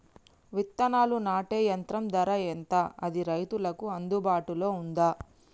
విత్తనాలు నాటే యంత్రం ధర ఎంత అది రైతులకు అందుబాటులో ఉందా?